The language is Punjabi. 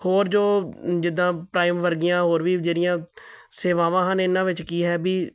ਹੋਰ ਜੋ ਜਿੱਦਾਂ ਪ੍ਰਾਈਮ ਵਰਗੀਆਂ ਹੋਰ ਵੀ ਜਿਹੜੀਆਂ ਸੇਵਾਵਾਂ ਹਨ ਇਹਨਾਂ ਵਿੱਚ ਕੀ ਹੈ ਵੀ